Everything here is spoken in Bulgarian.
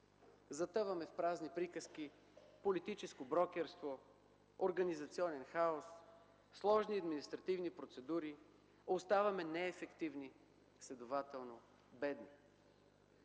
Затъваме в празни приказки, политическо брокерство, организационен хаос, сложни административни процедури, оставаме неефективни, следователно – бедни.